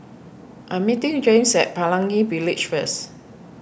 I'm meeting Jaymes at Pelangi Village first